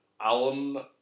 Alan